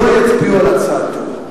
לא יצביעו על הצעתו,